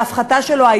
להפחתה שלו,